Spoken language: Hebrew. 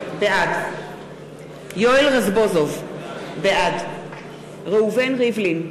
בעד יואל רזבוזוב, בעד ראובן ריבלין,